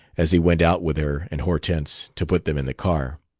as he went out with her and hortense to put them in the car.